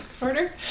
order